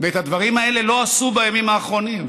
ואת הדברים האלה לא עשו בימים האחרונים.